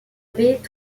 baie